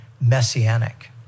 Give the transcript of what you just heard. messianic